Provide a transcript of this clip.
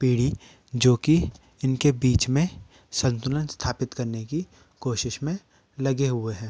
पीढ़ी जो कि इनके बीच में संतुलन स्थापित करने की कोशिश में लगे हुए हैं